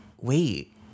wait